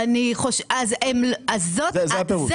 זאת הטעות.